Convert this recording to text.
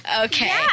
Okay